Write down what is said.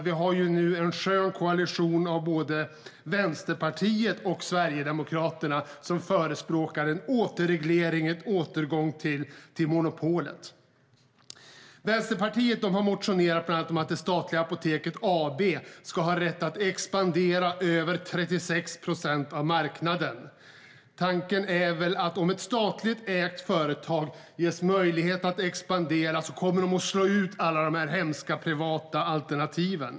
Vi har alltså nu en skön koalition av Vänsterpartiet och Sverigedemokraterna, vilka förespråkar en återgång till monopolet. Vänsterpartiet har bland annat motionerat om att det statliga Apoteket AB ska ha rätt att expandera över 36 procent av marknaden. Tanken är väl att om ett statligt ägt företag ges möjlighet att expandera kommer det att slå ut alla de hemska privata alternativen.